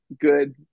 good